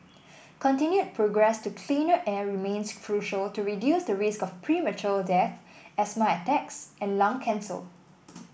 continued progress to cleaner air remains crucial to reduce the risk of premature death asthma attacks and lung cancer